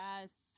Yes